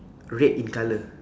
red in colour